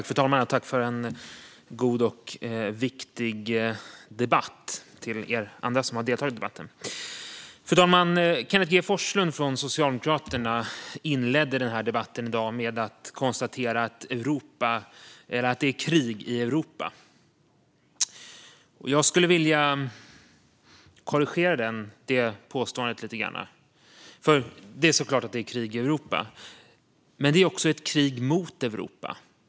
Fru talman! Tack till er som har deltagit för en god och viktig debatt! Fru talman! Kenneth G Forslund från Socialdemokraterna inledde debatten i dag med att konstatera att det är krig i Europa. Jag skulle vilja korrigera detta påstående lite grann. Det är klart att det är krig i Europa, men det är också ett krig mot Europa.